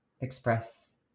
express